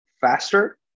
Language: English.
faster